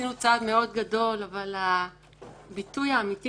שעשינו צעד מאוד גדול אבל הביטוי האמתי